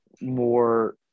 more